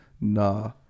Nah